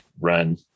run